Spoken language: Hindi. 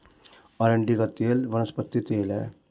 अरंडी का तेल वनस्पति तेल है